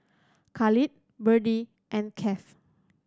Khalil Berdie and Keith